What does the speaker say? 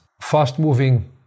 fast-moving